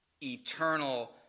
eternal